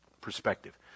perspective